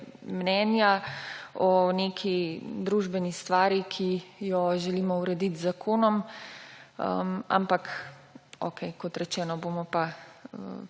mnenja o neki družbeni stvari, ki jo želimo urediti z zakonom. Ampak okej, kot rečeno, bomo pa